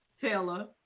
Taylor